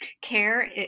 care